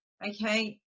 okay